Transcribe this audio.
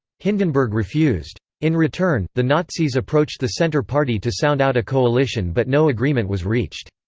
hindenberg refused. in return, the nazis approached the centre party to sound out a coalition but no agreement was reached.